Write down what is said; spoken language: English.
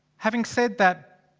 having said that.